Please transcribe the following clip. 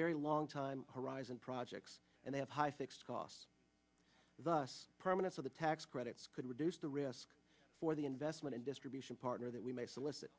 very long time horizon projects and they have high fixed costs thus permanent so the tax credits could reduce the risk for the investment and distribution partner that we may solicit